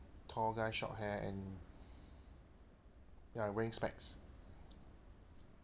tall guy short hair and ya wearing specs